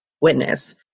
witness